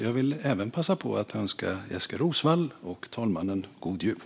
Jag vill även passa på att önska Jessika Roswall och talmannen god jul.